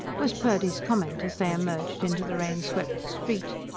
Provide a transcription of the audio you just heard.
was purdy's comment as they emerged into the rain-swept street.